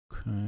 Okay